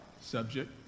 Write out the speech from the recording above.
subject